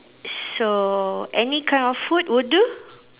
so any kind of food will do